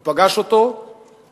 הוא פגש אותו והביע